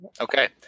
Okay